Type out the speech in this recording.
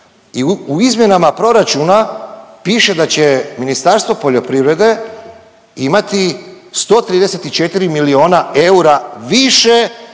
i u izmjenama proračuna piše da će Ministarstvo poljoprivrede imati 134 milijuna eura više